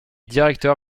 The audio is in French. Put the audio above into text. directeur